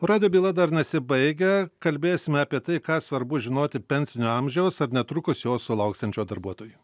o radijo byla dar nesibaigia kalbėsime apie tai ką svarbu žinoti pensinio amžiaus ar netrukus jo sulauksiančio darbuotojui